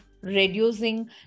reducing